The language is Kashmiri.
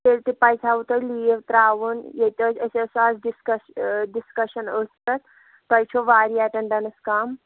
تیٚلہِ تہِ پَزِ ہاوٕ تۄہہِ لیٖو ترٛاوُن ییٚتہِ ٲسۍ أسۍ ٲسۍ اَز ڈِسکس ڈِسکشَن ٲس تۄہہِ چھو واریاہ ایٹَنڈَنٕس کَم